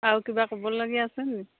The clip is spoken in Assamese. আৰু কিবা ক'বলগীয়া আছেনি